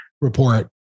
report